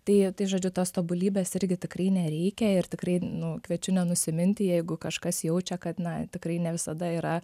tai tai žodžiu tos tobulybės irgi tikrai nereikia ir tikrai nu kviečiu nenusiminti jeigu kažkas jaučia kad na tikrai ne visada yra